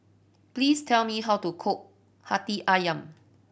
please tell me how to cook Hati Ayam